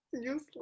Useless